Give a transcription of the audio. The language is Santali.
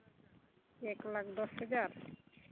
ᱮᱠ ᱞᱟᱠᱷ ᱫᱚᱥ ᱦᱟᱡᱟᱨ